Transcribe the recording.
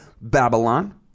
Babylon